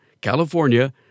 California